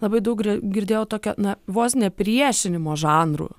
labai daug girdėjau tokio na vos ne priešinimo žanrų